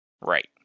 Right